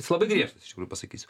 jis labai griežtas iš tikrųjų pasakysiu